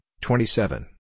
twenty-seven